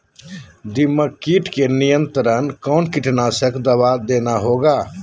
दीमक किट के नियंत्रण कौन कीटनाशक दवा देना होगा?